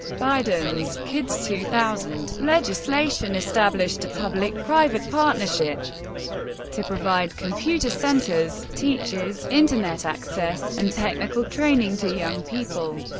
biden's kids two thousand legislation established a public private partnership to provide computer centers, teachers, internet access, and technical training to young people,